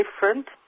different